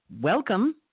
welcome